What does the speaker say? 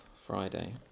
Friday